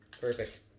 Perfect